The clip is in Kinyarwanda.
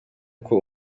uko